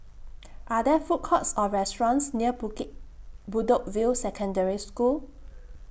Are There Food Courts Or restaurants near Bedok View Secondary School